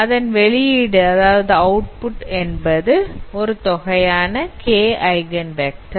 அதன் வெளியீடு என்பது ஒரு தொகையான k ஐகன் வெக்டார்